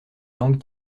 langues